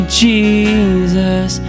jesus